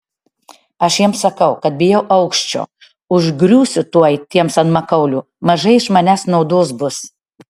aš jiems sakau kad bijau aukščio užgriūsiu tuoj tiems ant makaulių mažai iš manęs naudos bus